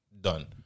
done